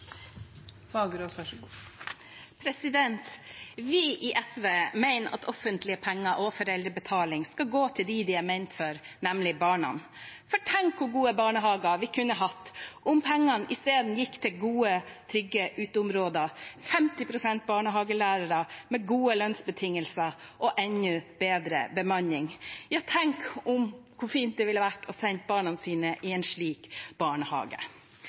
ment for, nemlig barna. Tenk hvor gode barnehager vi kunne hatt om pengene isteden gikk til gode, trygge uteområder, 50 pst. barnehagelærere med gode lønnsbetingelser og enda bedre bemanning! Ja, tenk hvor fint det ville vært å sende barna sine i en slik barnehage.